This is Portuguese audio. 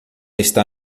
está